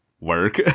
work